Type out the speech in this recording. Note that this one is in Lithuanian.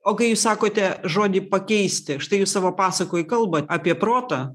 o kai jūs sakote žodį pakeisti štai jūs savo pasakoj kalba apie protą